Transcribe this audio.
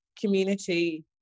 community